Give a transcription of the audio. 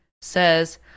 says